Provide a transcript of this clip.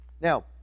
Now